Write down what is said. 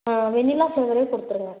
வெண்ணிலா ஃப்ளேவரே கொடுத்துருங்க